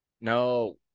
No